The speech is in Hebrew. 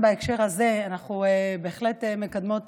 אנחנו בהחלט מקדמות